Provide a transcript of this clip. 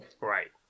Right